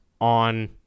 on